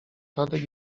tadek